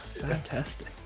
Fantastic